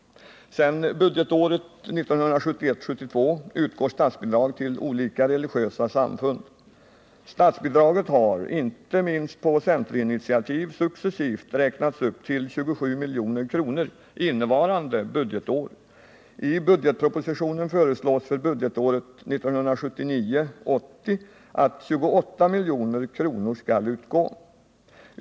Sedan budgetåret 1971 80 att 28 milj.kr. skall utgå.